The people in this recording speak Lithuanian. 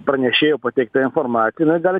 pranešėjo pateikta informacija jinai gali